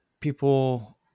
people